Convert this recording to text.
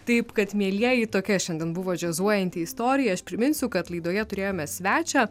taip kad mielieji tokia šiandien buvo džiazuojanti istorija aš priminsiu kad laidoje turėjome svečią